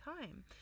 time